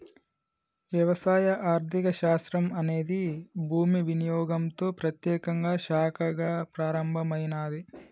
వ్యవసాయ ఆర్థిక శాస్త్రం అనేది భూమి వినియోగంతో ప్రత్యేకంగా శాఖగా ప్రారంభమైనాది